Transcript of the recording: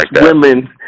women